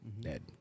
dead